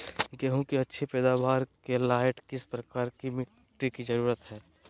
गेंहू की अच्छी पैदाबार के लाइट किस प्रकार की मिटटी की जरुरत है?